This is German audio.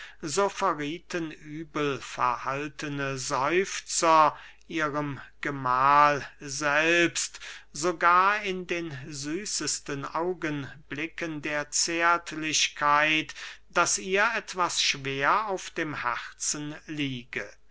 verriethen übel verhaltene seufzer ihrem gemahl selbst sogar in den süßesten augenblicken der zärtlichkeit daß ihr etwas schwer auf dem herzen liege